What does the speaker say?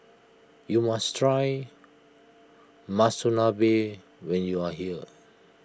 you must try Monsunabe when you are here